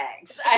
eggs